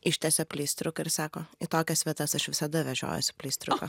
ištiesia pleistriuką ir sako į tokias vietas aš visada vežiojuosi pleistriuką